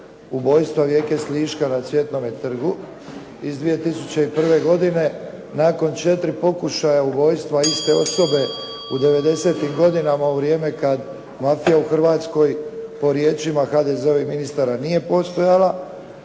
ubojstva Vijeke Sliška na Cvjetnome trgu iz 2001. godine, nakon četiri pokušaja ubojstva iste osobe u 90-tim godinama u vrijeme kada mafija u Hrvatskoj po riječima HDZ-ovih ministara nije postojala,